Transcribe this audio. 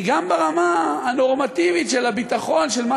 כי גם ברמה הנורמטיבית של הביטחון של מה